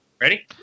Ready